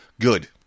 Good